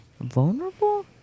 Vulnerable